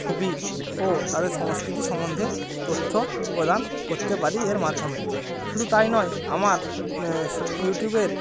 ছবি ও তাদের সংস্কৃতি সমন্ধে তথ্য প্রদান করতে পারি এর মাধ্যমে শুধু তাই নয় আমার ইউটিউবের